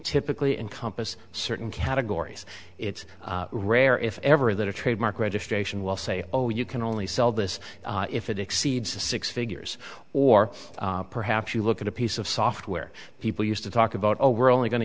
typically encompass certain categories it's rare if ever that a trademark registration will say oh you can only sell this if it exceeds the six figures or perhaps you look at a piece of software people used to talk about oh we're only go